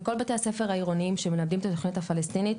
בכל בתי הספר העירוניים שמלמדים את התכנית הפלסטינית,